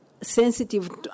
sensitive